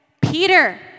Peter